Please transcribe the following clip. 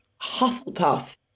Hufflepuff